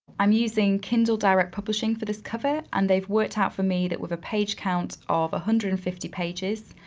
i'm using kindle direct publishing for this cover and they've worked out for me that with a page count of one ah hundred and fifty pages,